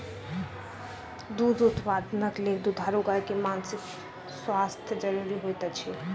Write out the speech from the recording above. दूध उत्पादनक लेल दुधारू गाय के मानसिक स्वास्थ्य ज़रूरी होइत अछि